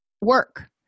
work